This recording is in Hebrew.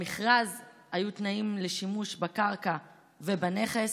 במכרז היו תנאים לשימוש בקרקע ובנכס,